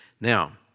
Now